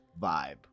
vibe